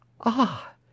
Ah